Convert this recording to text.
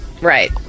Right